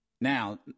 Now